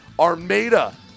Armada